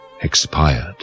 expired